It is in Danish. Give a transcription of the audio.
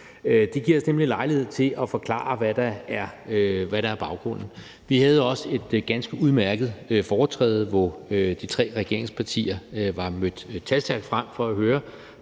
Det giver os nemlig lejlighed til at forklare, hvad der er baggrunden for det her. Vi havde også et ganske udmærket foretræde, hvor de tre regeringspartier var mødt talstærkt frem for at høre